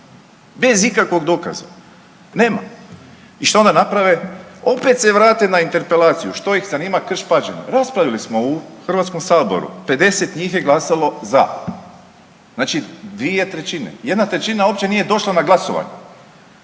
bez ikakvog dokaza. Nema. I šta onda naprave? Opet se vrate na interpelaciju. Što iz zanima Krš-Pađene? Raspravili smo u Hrvatskom saboru, 50 njih je glasalo za, znači 2/3, 1/3 uopće nije došla na glasovanje.